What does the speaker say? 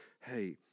hey